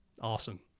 Awesome